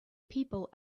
people